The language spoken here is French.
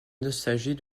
nostalgie